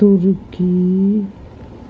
ترکی